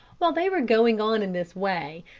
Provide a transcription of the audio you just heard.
while they were going on in this way,